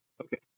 Okay